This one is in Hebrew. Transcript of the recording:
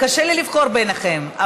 קשה לי לבחור ביניכם,